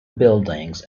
buildings